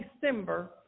December